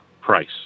price